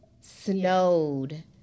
snowed